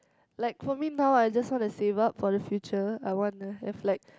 like for me now I just want to save up for the future I wanna have like